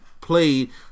played